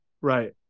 right